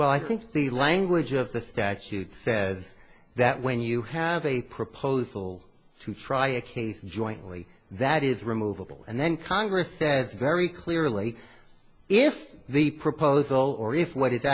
well i think the language of the statute says that when you have a proposal to try a case jointly that is removable and then congress says very clearly if the proposal or if